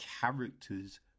characters